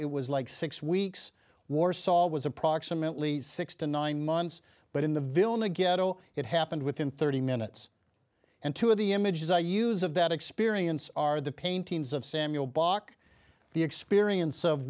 it was like six weeks warsaw was approximately six to nine months but in the vilna ghetto it happened within thirty minutes and two of the images i use of that experience are the paintings of samuel bach the experience of